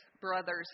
brother's